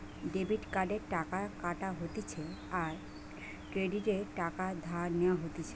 debit কার্ডে টাকা কাটা হতিছে আর ক্রেডিটে টাকা ধার নেওয়া হতিছে